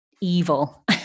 evil